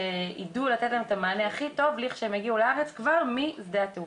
שיידעו לתת להם את המענה הכי טוב לכשהם יגיעו לארץ כבר משדה התעופה.